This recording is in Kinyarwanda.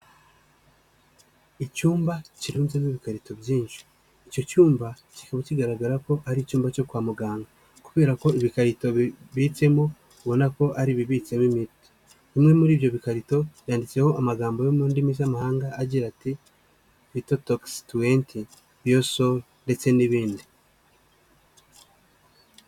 Icyumba kirubyemo ibikarito byinshi. Icyo cyumba kikaba kigaragara ko ari icyumba cyo kwa muganga. Kubera ko ibikarito bibitsemo ubona ko ari bibitsemo imiti. Bimwe muri ibyo bikarito byanditseho amagambo yo mu ndimi z'amahanga agira ati ''VETOXY 20, BIOSOL'', ndetse n'ibindi.